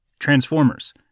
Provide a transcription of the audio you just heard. Transformers